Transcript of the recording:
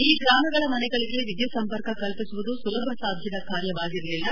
ಈ ಗ್ರಾಮಗಳ ಮನೆಗಳಿಗೆ ವಿದ್ನುತ್ ಸಂಪರ್ಕ ಕಲ್ಲಿಸುವುದು ಸುಲಭ ಸಾಧ್ಯದ ಕಾರ್ಯವಾಗಿರಲಿಲ್ಲ